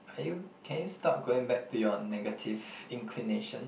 are you can you stop going back to your negative inclination